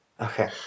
Okay